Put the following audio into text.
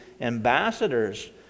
ambassadors